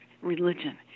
religion